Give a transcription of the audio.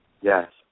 Yes